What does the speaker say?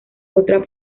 otra